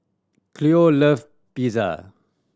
Cleo love Pizza